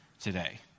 today